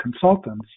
consultants